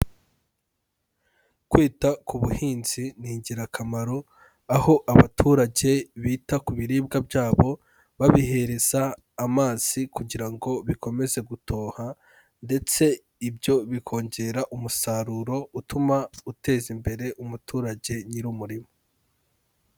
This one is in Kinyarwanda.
Kwita ku buhinzi ni ingirakamaro, aho abaturage bita ku biribwa byabo babihereza amazi kugira ngo bikomeze gutoha, ndetse ibyo bikongera umusaruro utuma uteza imbere umuturage nyir'umurima.